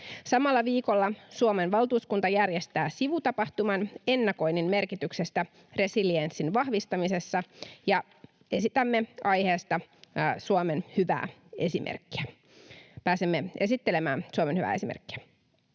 Samalla viikolla Suomen valtuuskunta järjestää sivutapahtuman ennakoinnin merkityksestä resilienssin vahvistamisessa, ja pääsemme esittelemään Suomen hyvää esimerkkiä.